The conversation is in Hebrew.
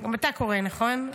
גם אתה קורא, נכון?